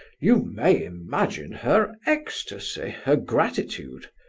you may imagine her ecstasy, her gratitude.